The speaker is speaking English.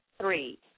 three